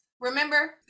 Remember